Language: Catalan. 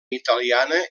italiana